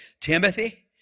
Timothy